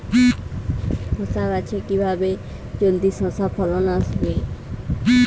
শশা গাছে কিভাবে জলদি শশা ফলন আসবে?